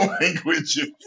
language